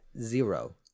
zero